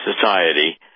society